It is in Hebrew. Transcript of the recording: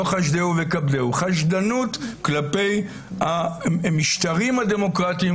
חשדהו וכבדהו חשדנות כלפי המשטרים הדמוקרטיים,